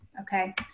okay